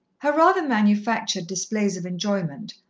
her rather manufactured displays of enjoyment,